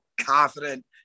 confident